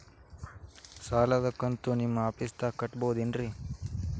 ಸಾಲದ ಕಂತು ನಿಮ್ಮ ಆಫೇಸ್ದಾಗ ಕಟ್ಟಬಹುದೇನ್ರಿ?